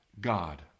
God